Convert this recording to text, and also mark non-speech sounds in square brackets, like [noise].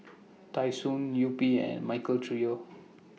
[noise] Tai Sun Yupi and Michael Trio